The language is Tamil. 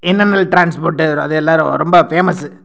என்எம்எல் ட்ரான்ஸ்போட்டு அதெல்லாம் ரொம்ப ஃபேமஸு